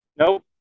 Nope